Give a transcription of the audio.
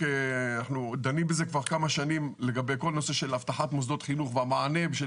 אנחנו דנים בזה כבר כמה שנים לגבי כל נושא של אבטחת מוסדות חינוך במענה,